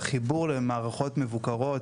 החיבור למערוכת מבוקרות,